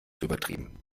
übertrieben